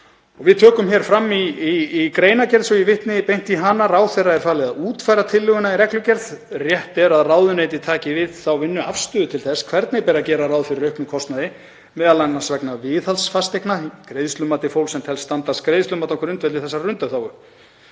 Við tökum hér fram í greinargerð, svo að ég vitni beint í hana: „Ráðherra er falið að útfæra tillöguna í reglugerð. Rétt er að ráðuneytið taki við þá vinnu afstöðu til þess hvernig beri að gera ráð fyrir auknum kostnaði, m.a. vegna viðhalds fasteigna, í greiðslumati fólks sem teldist standast greiðslumat á grundvelli þessarar undanþágu.